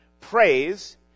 Praise